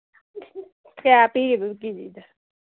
ꯀꯌꯥ ꯄꯤꯔꯤꯕ ꯀꯦ ꯖꯤꯗ